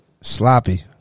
Sloppy